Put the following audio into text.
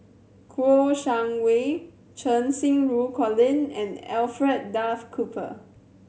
Kouo Shang Wei Cheng Xinru Colin and Alfred Duff Cooper